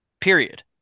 period